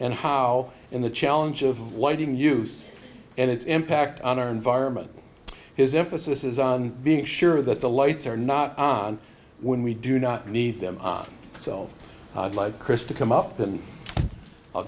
and how in the challenge of why didn't use and its impact on our environment his emphasis is on being sure that the lights are not on when we do not need them selves chris to come up and i'll